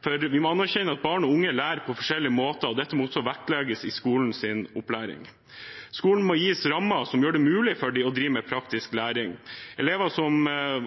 for vi må erkjenne at barn og unge lærer på forskjellige måter, og dette må også vektlegges i skolens opplæring. Skolen må gis rammer som gjør det mulig å drive med praktisk læring. Elever som